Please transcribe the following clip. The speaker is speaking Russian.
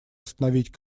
остановить